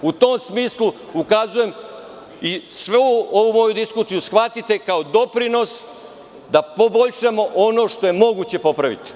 U tom smislu, ukazujem i svu ovu moju diskusiju shvatite kao doprinos da poboljšamo ono što je moguće popraviti.